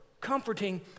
comforting